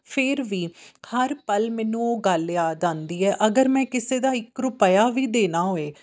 ਫਿਰ ਵੀ ਹਰ ਪਲ ਮੈਨੂੰ ਉਹ ਗੱਲ ਯਾਦ ਆਉਂਦੀ ਹੈ ਅਗਰ ਮੈਂ ਕਿਸੇ ਦਾ ਇੱਕ ਰੁਪਿਆ ਵੀ ਦੇਣਾ ਹੋਏ